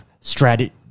strategy